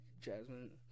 Jasmine